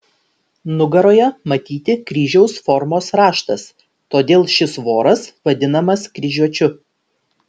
nugaroje matyti kryžiaus formos raštas todėl šis voras vadinamas kryžiuočiu